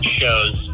shows